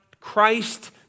Christ